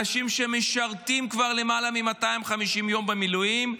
אנשים שמשרתים כבר למעלה מ-250 יום במילואים.